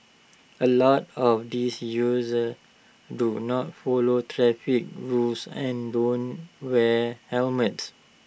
A lot of these users do not follow traffic rules and don't wear helmets